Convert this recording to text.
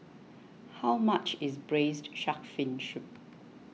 how much is Braised Shark Fin Soup